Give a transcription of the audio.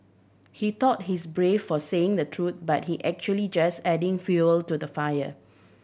he thought he's brave for saying the truth but he actually just adding fuel to the fire